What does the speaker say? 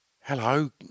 Hello